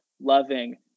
loving